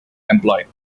employed